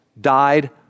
died